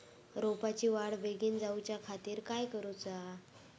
रोपाची वाढ बिगीन जाऊच्या खातीर काय करुचा?